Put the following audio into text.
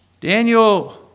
Daniel